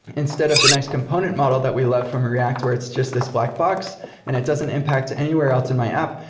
instead of the nice component model that we love from react where it's just this black box and it doesn't impact anywhere else in my app,